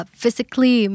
physically